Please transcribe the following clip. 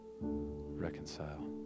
Reconcile